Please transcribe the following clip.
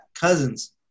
Cousins